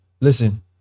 Listen